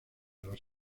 los